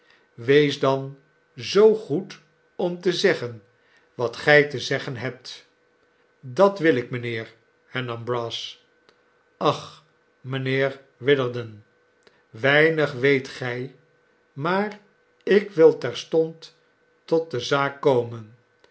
wees dan zoo goed om te zeggen wat gy te zeggen hebt dat wil ik mijnheer hernam brass ach mijnheer witherden weinig weet gij rnaar ik wil terstond tot de zaak komen